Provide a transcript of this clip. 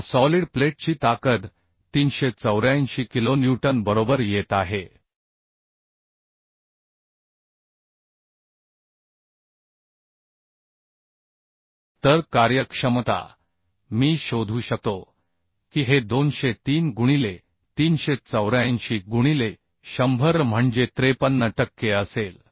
या सॉलिड प्लेटची ताकद 384 किलोन्यूटन बरोबर येत आहे तर कार्यक्षमता मी शोधू शकतो की हे 203 गुणिले 384 गुणिले 100 म्हणजे 53 टक्के असेल